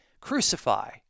Crucify